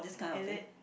is it